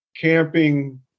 camping